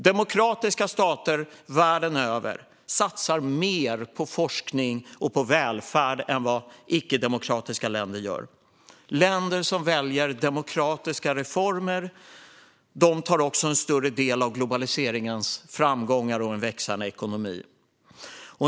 Demokratiska stater världen över satsar mer på forskning och välfärd än vad icke-demokratiska länder gör. Länder som väljer demokratiska reformer tar en större del av globaliseringens framgångar och en växande ekonomi.